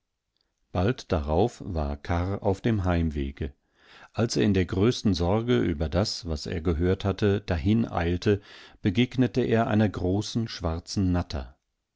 bald darauf war karr auf dem heimwege als er in der größten sorge über das was er gehört hatte dahin eilte begegnete er einer großen schwarzen natter